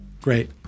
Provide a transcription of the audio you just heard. Great